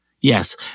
Yes